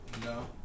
No